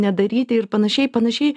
nedaryti ir panašiai panašiai